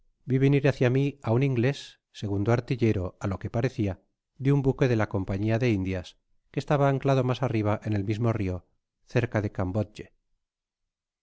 vi venir hácia á mi á un inglés segundo artillero á lo que parecia de un buque de la compañia de indias que estabaanclado mas arriba en el mismo rio cerca de